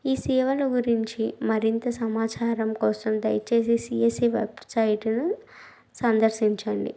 ఈ సేవలు గురించి మరింత సమాచారం కోసం దయచేసి సీయూసి వెబ్సైటును సందర్శించండి